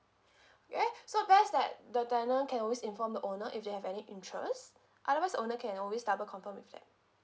okay so best that the tenant can always inform the owner if they have any interest otherwise owner can always double confirm with them